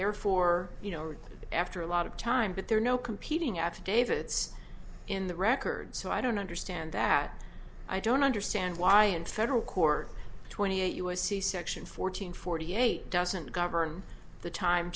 therefore you know after a lot of time but there are no competing affidavits in the record so i don't understand that i don't understand why in federal court twenty eight u s c section fourteen forty eight doesn't govern the time